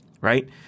right